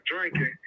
drinking